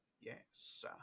Yes